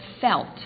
felt